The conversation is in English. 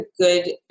good